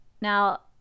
Now